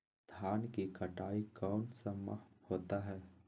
धान की कटाई कौन सा माह होता है?